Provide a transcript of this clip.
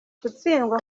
gutsindwa